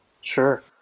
sure